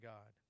God